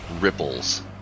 ripples